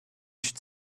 should